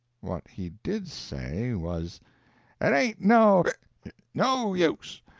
what he did say was it ain't no no use.